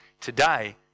Today